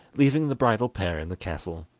leaving the bridal pair in the castle.